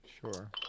Sure